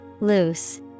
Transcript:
Loose